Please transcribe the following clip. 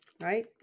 right